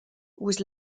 was